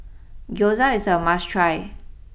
Gyoza is a must try